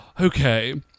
okay